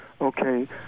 Okay